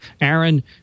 Aaron